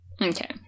Okay